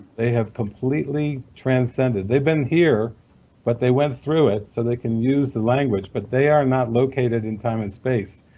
they have completely transcended. they've been here but they went through it so they can use the language, but they are not located in time and space.